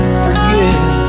forget